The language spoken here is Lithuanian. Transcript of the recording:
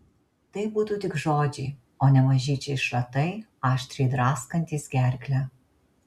tai būtų tik žodžiai o ne mažyčiai šratai aštriai draskantys gerklę